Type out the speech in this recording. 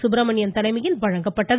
சுப்பிரமணியன் தலைமையில் வழங்கப்பட்டது